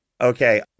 Okay